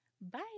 Bye